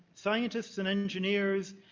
scientists, and engineers,